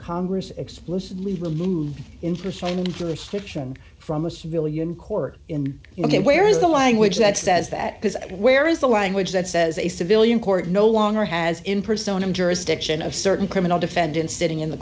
congress explicitly removed in for signing jurisdiction from a civilian court in ok where is the language that says that is where is the language that says a civilian court no longer has in persona jurisdiction a certain criminal defendant sitting in the